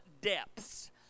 depths